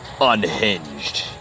unhinged